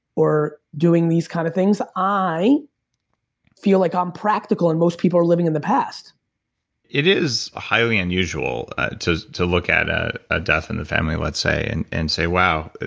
or doing these kind of things. i feel like i'm practical and most people are living in the past it is highly unusual to to look at a ah death in the family, lets say, and and say, wow.